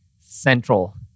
central